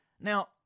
Now